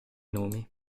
nomi